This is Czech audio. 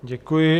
Děkuji.